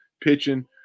pitching